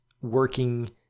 working